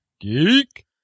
Geek